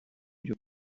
your